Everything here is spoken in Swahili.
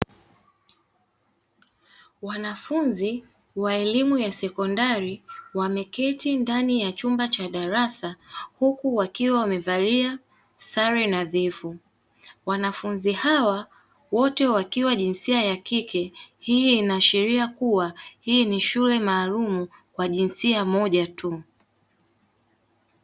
Wanafunzi wa elimu ya sekondari wameketi ndani ya chumba cha darasa huku wakiwa wamevalia sare ndefu, wanafunzi hawa wote wakiwa jinsia ya kike, hii ina ashiria kuwa hii ni shule maalumu kwa jinsia moja tu.